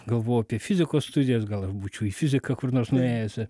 galvojau apie fizikos studijas gal ir būčiau į fiziką kur nors nuėjęs